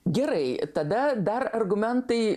gerai tada dar argumentai